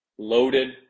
Loaded